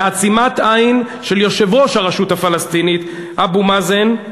בעצימת עין של יושב-ראש הרשות הפלסטינית אבו מאזן,